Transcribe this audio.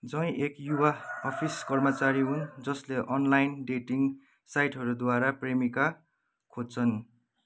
जय एक युवा अफिस कर्मचारी हुन् जसले अनलाइन डेटिङ साइटहरूद्वारा प्रेमिका खोज्छन्